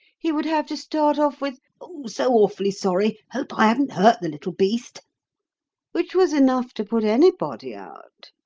he would have to start off with, so awfully sorry! hope i haven't hurt the little beast which was enough to put anybody out.